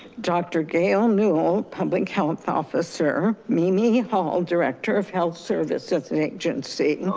dr. gail newell, public health officer, mimi hall, director of health services and agency,